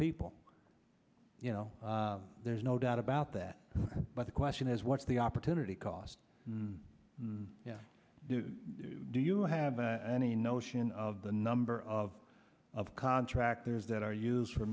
people you know there's no doubt about that but the question is what's the opportunity cost and do you have any notion of the number of of contractors that are used for